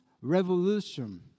revolution